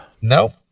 Nope